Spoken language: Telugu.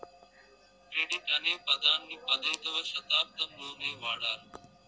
క్రెడిట్ అనే పదాన్ని పదైధవ శతాబ్దంలోనే వాడారు